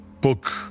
book